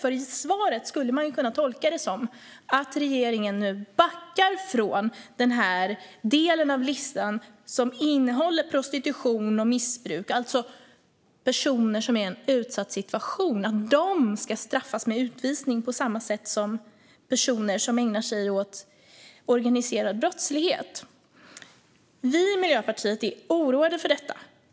I svaret skulle man nämligen kunna tolka det som att regeringen nu backar från denna del av listan som innehåller prostitution och missbruk, alltså personer som är i en utsatt situation och att de ska straffas med utvisning på samma sätt som personer som ägnar sig åt organiserad brottslighet. Vi i Miljöpartiet är oroade över detta.